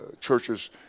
churches